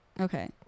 Okay